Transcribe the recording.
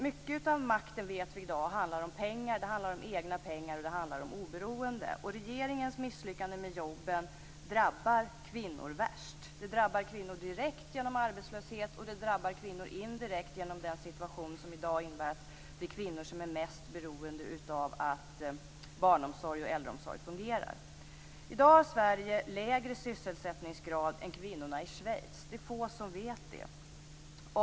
Mycket av makten vet vi i dag handlar om pengar. Det handlar om egna pengar och det handlar om oberoende. Regeringens misslyckande med jobben drabbar kvinnor värst. Det drabbar kvinnor direkt genom arbetslöshet, och det drabbar kvinnor indirekt genom den situation som i dag innebär att det är kvinnor som är mest beroende av att barnomsorg och äldreomsorg fungerar. I dag har Sverige lägre sysselsättningsgrad än man har för kvinnorna i Schweiz. Det är få som vet det.